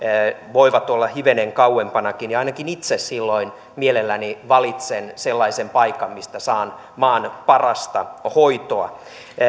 voivat olla hivenen kauempanakin ainakin itse silloin mielelläni valitsen sellaisen paikan mistä saan maan parasta hoitoa